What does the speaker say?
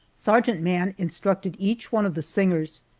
sergeant mann instructed each one of the singers,